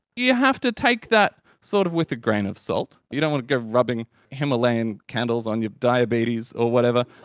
you have to take that sort of with a grain of salt, you don't want to go rubbing himalayan candles on your diabetes or whatever.